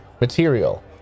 material